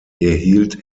erhielt